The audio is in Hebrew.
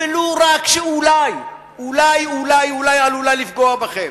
שרק אולי אולי עלולה לפגוע בכם.